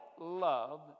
love